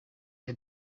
had